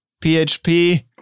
PHP